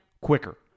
quicker